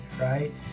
right